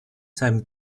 seinem